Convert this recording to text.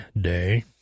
Day